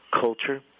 culture